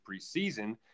preseason